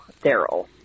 Daryl